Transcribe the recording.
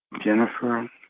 Jennifer